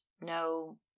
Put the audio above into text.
no